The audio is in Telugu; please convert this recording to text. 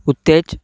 ఉత్తేజ్